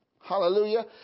Hallelujah